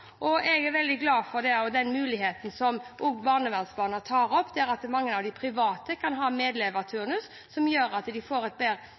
arbeidsforhold. Jeg er veldig glad for den muligheten, som også barnevernsbarna tar opp, at mange av de private kan ha medleverturnus, som gjør at barna får et bedre